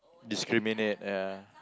discriminate ya